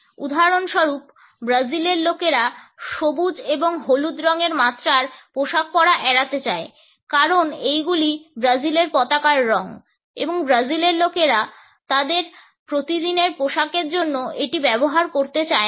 উদাহরণস্বরূপ ব্রাজিলের লোকেরা সবুজ এবং হলুদ রঙের মাত্রার পোশাক পরা এড়াতে চায় কারণ এইগুলি ব্রাজিলের পতাকার রঙ এবং ব্রাজিলের লোকেরা তাদের প্রতিদিনের পোশাকের জন্য এটি ব্যবহার করতে চায় না